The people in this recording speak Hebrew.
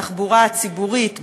להשקיע בתחבורה הציבורית,